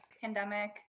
pandemic